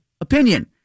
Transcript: opinion